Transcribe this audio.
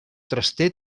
traster